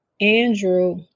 Andrew